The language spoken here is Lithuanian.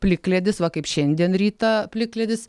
plikledis va kaip šiandien rytą plikledis